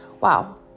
wow